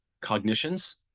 cognitions